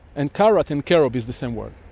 and carat and carob is the same word.